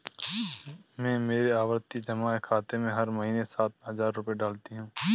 मैं मेरे आवर्ती जमा खाते में हर महीने सात हजार रुपए डालती हूँ